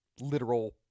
literal